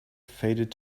faded